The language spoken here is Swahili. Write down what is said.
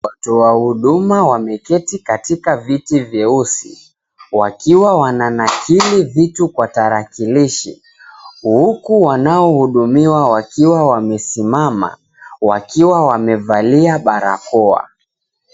Watu wa huduma wameketi katika viti vyeusi, wakiwa wananakili vitu kwa tarakilishi huku wanaohudumiwa wakiwa wamesimama wakiwa wamevalia barakoa.